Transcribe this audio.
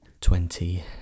Twenty